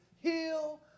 heal